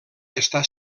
està